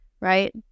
right